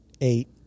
eight